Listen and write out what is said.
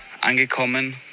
angekommen